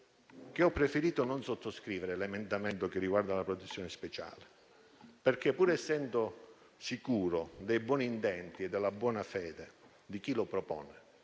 ho preferito non sottoscrivere l'emendamento che riguarda la protezione speciale: pur essendo sicuro dei buoni intenti e della buona fede di chi lo propone,